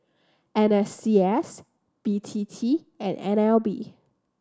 N S C S B T T and N L B